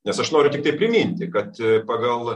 nes aš noriu tiktai priminti kad pagal